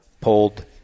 pulled